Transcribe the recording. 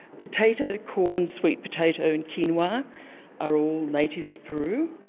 potato, corn, sweet potato and quinoa are all native to peru.